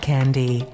Candy